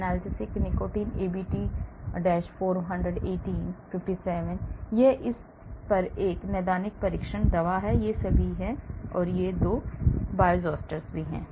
Analgesic nicotine ABT 418 57 यह इस पर एक नैदानिक परीक्षण दवा है ये सभी हैं ये 2 बायोइज़ोस्टर हैं